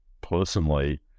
personally